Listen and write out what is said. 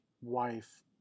wife